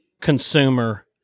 consumer